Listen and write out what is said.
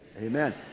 amen